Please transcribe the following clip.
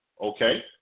Okay